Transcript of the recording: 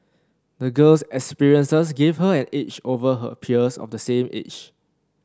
the girl's experiences gave her an edge over her peers of the same age